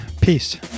peace